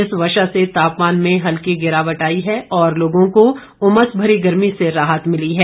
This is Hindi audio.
इस वर्षा से तापमान में हल्की गिरावट आई है और लोगों को उमसभरी गर्मी से राहत मिली है